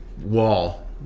wall